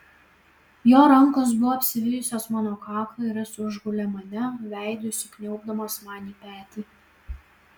jo rankos buvo apsivijusios mano kaklą ir jis užgulė mane veidu įsikniaubdamas man į petį